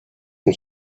and